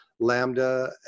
Lambda